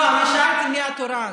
לא, אני שאלתי מי התורן.